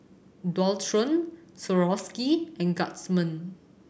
Dualtron Swarovski and Guardsman